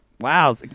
Wow